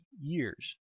years